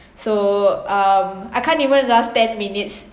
so um I can't even last ten minutes